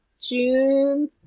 June